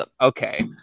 Okay